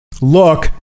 look